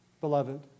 beloved